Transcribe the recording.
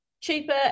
cheaper